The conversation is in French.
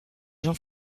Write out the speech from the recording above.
jean